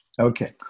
Okay